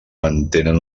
mantenen